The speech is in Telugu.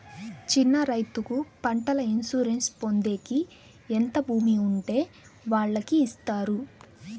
చిన్న రైతుకు పంటల ఇన్సూరెన్సు పొందేకి ఎంత భూమి ఉండే వాళ్ళకి ఇస్తారు?